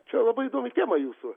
čia labai įdomi tema jūsų